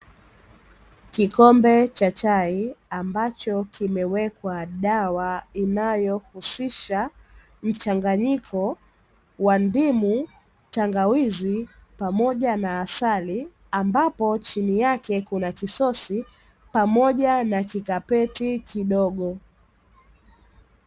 Kikombe cha chai ambacho kimewekwa dawa inayohusisha mchanganyiko wa ndimu, tangawizi pamoja na asali ambapo chini yake kuna kisosi pamoja na kikapeti kidogo.